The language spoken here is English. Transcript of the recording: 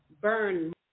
burn